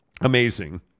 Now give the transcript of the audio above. Amazing